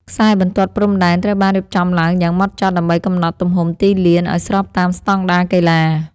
ខ្សែបន្ទាត់ព្រំដែនត្រូវបានរៀបចំឡើងយ៉ាងហ្មត់ចត់ ដើម្បីកំណត់ទំហំទីលានឱ្យស្របតាមស្ដង់ដារកីឡា។